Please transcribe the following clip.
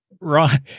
Right